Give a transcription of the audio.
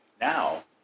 Now